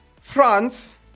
France